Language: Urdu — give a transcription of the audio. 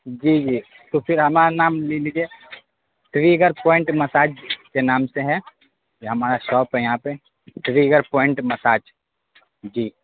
جی جی تو پھر ہمارا نام لکھ لیجیے ٹریگر پوائنٹ مساج کے نام سے ہے یہ ہمارا شاپ ہے یہاں پہ ٹریگر پوائنٹ مساج جی